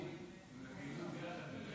אני מקווה שבכלל יגידו שבמודיעין,